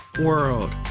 world